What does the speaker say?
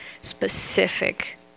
specific